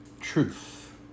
truth